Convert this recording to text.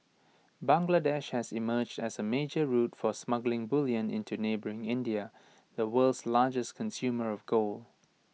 Bangladesh has emerged as A major route for smuggled bullion into neighbouring India the world's largest consumer of gold